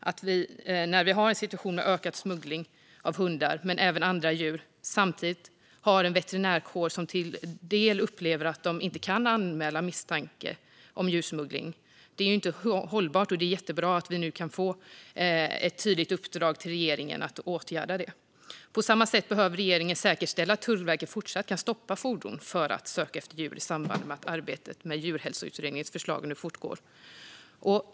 Att vi har en situation med en ökad smuggling av hundar men även andra djur samtidigt som vi har en veterinärkår som till del upplever att de inte kan anmäla misstanke om djursmuggling är inte hållbart, och det är jättebra att vi nu kan få ett tydligt uppdrag till regeringen att åtgärda detta. På samma sätt behöver regeringen säkerställa att Tullverket fortsatt kan stoppa fordon för att söka efter djur i samband med att arbetet med Djurhälsoutredningens förslag nu fortgår.